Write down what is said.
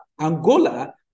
Angola